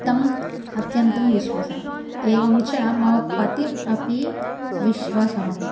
तम् अत्यन्तं विश्वसामि एवं च मम पतिम् अपि विश्वसामि